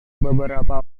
beberapa